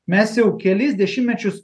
mes jau kelis dešimtmečius